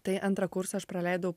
tai antrą kursą aš praleidau